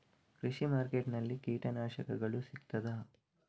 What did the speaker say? ಕೃಷಿಮಾರ್ಕೆಟ್ ನಲ್ಲಿ ಕೀಟನಾಶಕಗಳು ಸಿಗ್ತದಾ?